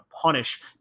punish